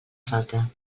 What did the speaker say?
falte